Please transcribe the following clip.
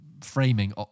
framing